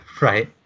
right